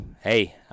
hey